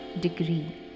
degree